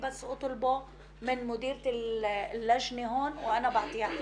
(מדברת בערבית).